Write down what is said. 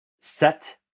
set